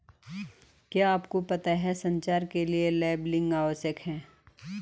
क्या आपको पता है संचार के लिए लेबलिंग आवश्यक है?